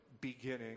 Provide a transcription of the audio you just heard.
beginning